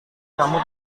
kamu